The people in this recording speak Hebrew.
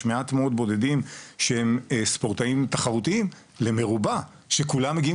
יש מעט מאוד ספורטאים תחרותיים למרובע שכולם מגיעים